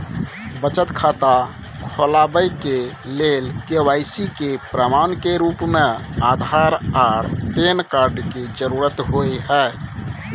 बचत खाता खोलाबय के लेल के.वाइ.सी के प्रमाण के रूप में आधार आर पैन कार्ड के जरुरत होय हय